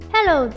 Hello